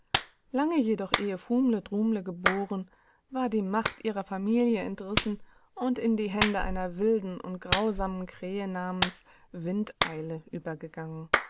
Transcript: lange jedoch ehe fumle drumle geboren war die macht ihrer familie entrissen und in die hände einer wilden und grausamen krähe namenswind eileübergegangen